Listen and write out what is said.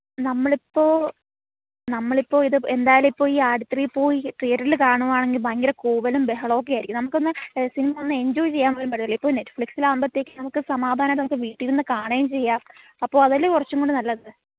നമ്മൾ ഇപ്പോൾ നമ്മൾ ഇപ്പോൾ ഇത് എന്തായാലും ഇപ്പോൾ ഈ ആട് ത്രീ പോയി തീയറ്ററിൽ കാണുവാണെങ്കിൽ ഭയങ്കര കൂവലും ബഹളം ഒക്കെ ആയിരിക്കും നമുക്കൊന്ന് സിനിമ ഒന്ന് എഞ്ചോയ് ചെയ്യാൻ പോലും പറ്റില്ല ഇപ്പോൾ നെറ്റ്ഫ്ലിക്സിൽ ആവുമ്പോഴത്തേക്ക് നമുക്ക് സമാധാനമായിട്ട് നമുക്ക് വീട്ടിൽ ഇരുന്ന് കാണുവേം ചെയ്യാം അപ്പോൾ അതല്ലേ കുറച്ചും കൂടെ നല്ലത്